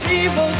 evil